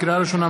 לקריאה ראשונה,